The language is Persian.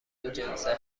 دوجنسه